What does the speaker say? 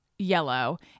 yellow